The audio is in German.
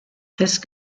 fest